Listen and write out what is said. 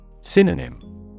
Synonym